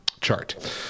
chart